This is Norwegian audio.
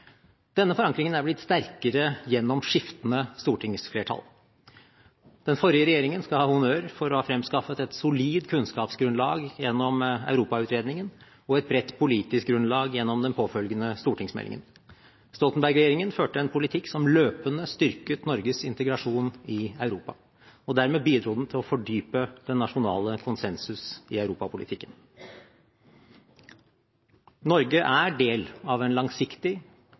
Denne forankringen er blitt sterkere gjennom skiftende stortingsflertall. Den forrige regjeringen skal ha honnør for å ha fremskaffet et solid kunnskapsgrunnlag gjennom Europautredningen og et bredt politisk grunnlag gjennom den påfølgende stortingsmeldingen. Stoltenberg-regjeringen førte en politikk som løpende styrket Norges integrasjon i Europa. Dermed bidro den til å fordype den nasjonale konsensus i europapolitikken. Norge er del av en langsiktig,